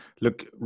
look